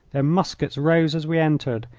their muskets rose as we entered,